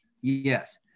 Yes